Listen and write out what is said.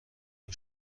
این